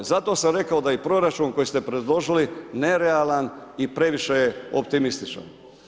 Zato sam rekao da je proračun koji ste predložili nerealan i previše je optimističan.